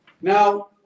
Now